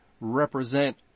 represent